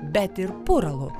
bet ir puralu